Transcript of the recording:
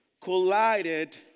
collided